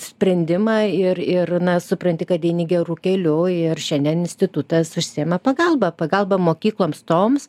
sprendimą ir ir na supranti kad eini geru keliu ir šiandien institutas užsiima pagalba pagalba mokykloms toms